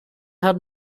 had